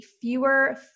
fewer